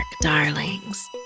darlings